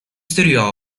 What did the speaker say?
studio